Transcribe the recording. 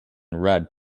red